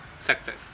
Success